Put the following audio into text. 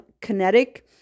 kinetic